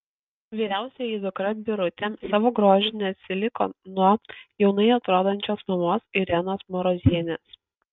vyriausioji dukra birutė savo grožiu neatsiliko nuo jaunai atrodančios mamos irenos marozienės